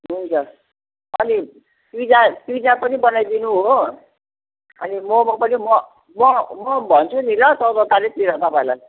हुन्छ अनि pizza pizza पनि बनाइदिनू हो अनि मम पनि म म म भन्छु नि ल चौध तारिकतिर तपाईँलाई